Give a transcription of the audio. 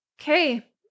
okay